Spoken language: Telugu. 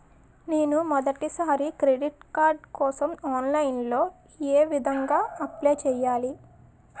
నేను మొదటిసారి క్రెడిట్ కార్డ్ కోసం ఆన్లైన్ లో ఏ విధంగా అప్లై చేయాలి?